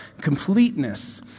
completeness